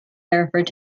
hereford